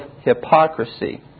hypocrisy